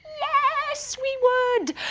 yes! we would!